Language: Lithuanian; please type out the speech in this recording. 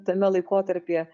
tame laikotarpyje